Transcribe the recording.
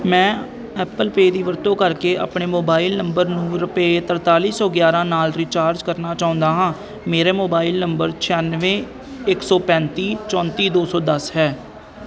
ਮੈਂ Apple Pay ਦੀ ਵਰਤੋਂ ਕਰਕੇ ਆਪਣੇ ਮੋਬਾਈਲ ਨੰਬਰ ਨੂੰ ਰੁਪਏ ਤਰਤਾਲੀ ਸੌ ਗਿਆਰ੍ਹਾਂ ਨਾਲ ਰੀਚਾਰਜ ਕਰਨਾ ਚਾਹੁੰਦਾ ਹਾਂ ਮੇਰਾ ਮੋਬਾਈਲ ਨੰਬਰ ਛਿਆਨਵੇਂ ਇੱਕ ਸੌ ਪੈਂਤੀ ਚੋਂਤੀ ਦੋ ਸੌ ਦਸ ਹੈ